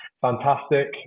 fantastic